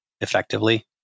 effectively